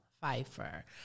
Pfeiffer